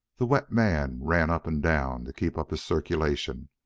the wet man ran up and down to keep up his circulation,